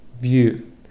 view